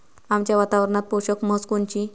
आमच्या वातावरनात पोषक म्हस कोनची?